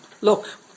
look